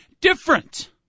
Different